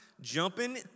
Jumping